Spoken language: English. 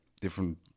different